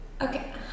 Okay